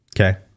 Okay